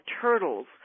turtles